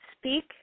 speak